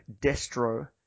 Destro